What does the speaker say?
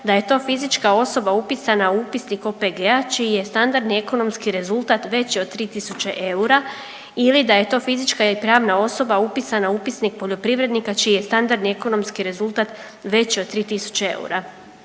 da je to fizička osoba upisana u upisnik OPG-a čiji je standardni ekonomski rezultat veći od 3.000 eura ili da je to fizička i pravna osoba upisana u upisnik poljoprivrednika čiji je standardni ekonomski rezultat veći od 3.000 eura.